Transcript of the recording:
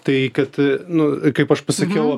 tai kad nu kaip aš pasakiau